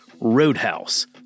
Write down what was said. Roadhouse